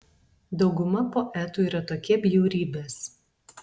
dauguma poetų yra tokie bjaurybės